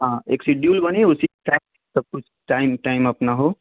हाँ एक सिड्यूल बने उसी से सब कुछ टाइम टाइम अपना हो